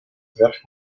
верх